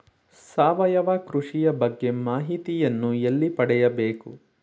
ಸಾವಯವ ಕೃಷಿಯ ಬಗ್ಗೆ ಮಾಹಿತಿಯನ್ನು ಎಲ್ಲಿ ಪಡೆಯಬೇಕು?